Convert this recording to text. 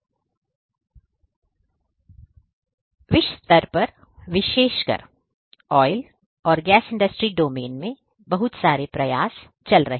इसलिए विश्व स्तर पर विशेषकर ऑयल और गैस इंडस्ट्री डोमेन में बहुत सारे प्रयास चल रहे हैं